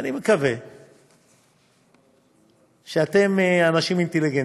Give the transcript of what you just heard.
ואני מקווה שאתם, אנשים אינטליגנטים,